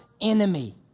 enemy